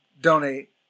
donate